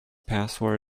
password